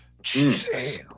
Jesus